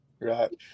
Right